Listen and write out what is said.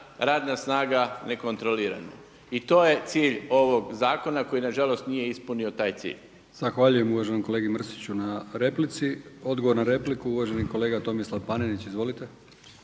radna snaga nekontrolirano. I to je cilj ovog zakona koji nažalost nije ispunio taj cilj.